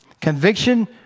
Conviction